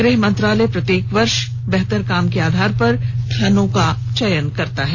गृह मंत्रालय प्रत्येक वर्ष बेहतर काम के आधार पर थानों का चयन करता है